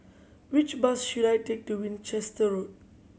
which bus should I take to Winchester Road